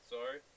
Sorry